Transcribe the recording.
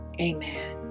Amen